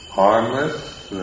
harmless